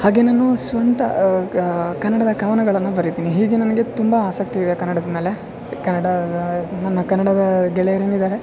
ಹಾಗೆ ನಾನು ಸ್ವಂತ ಗ ಕನ್ನಡದ ಕವನಗಳನ್ನ ಬರೀತೀನಿ ಹೀಗೆ ನನಗೆ ತುಂಬ ಆಸಕ್ತಿ ಇದೆ ಕನ್ನಡದ ಮ್ಯಾಲೆ ಕನ್ನಡ ನನ್ನ ಕನ್ನಡದ ಗೆಳೆಯರಿದ್ದಾರೆ